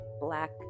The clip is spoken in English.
black